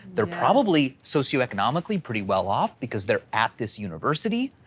they're probably socio economically pretty well off, because they're at this university.